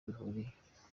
bihuriye